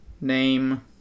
name